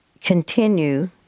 continue